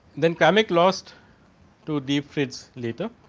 then kramnik lost two deep fritz later.